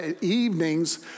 evenings